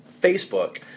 Facebook